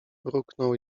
mruknął